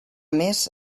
més